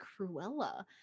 cruella